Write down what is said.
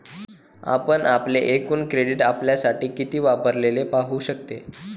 आपण आपले एकूण क्रेडिट आपल्यासाठी किती वापरलेले पाहू शकते